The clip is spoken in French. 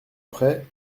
après